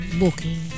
booking